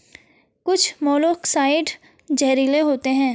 कुछ मोलॉक्साइड्स जहरीले होते हैं